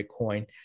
Bitcoin